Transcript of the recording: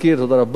תודה רבה.